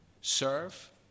Serve